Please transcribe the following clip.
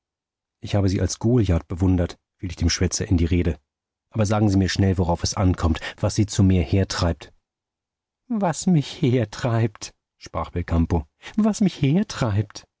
ich habe sie als goliath bewundert fiel ich dem schwätzer in die rede aber sagen sie mir schnell worauf es ankommt was sie zu mir hertreibt was mich hertreibt sprach belcampo was mich hertreibt